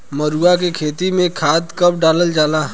मरुआ के खेती में खाद कब डालल जाला?